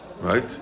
right